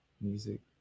Music